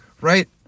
right